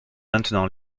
maintenant